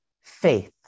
faith